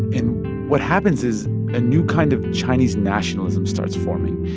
and what happens is a new kind of chinese nationalism starts forming.